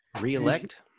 Re-elect